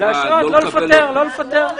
להשעות, לא לפטר.